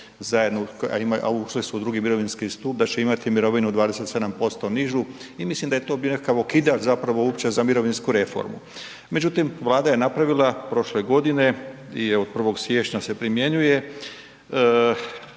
zajedno a ušle su u II. mirovinski stup, da će imati mirovinu 27% nižu i mislim da je to bio nekakav okidač zapravo uopće za mirovinsku reformu. Međutim Vlada je napravila prošle godine i od 1. siječnja se primjenjuje,